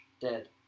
dead